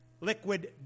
liquid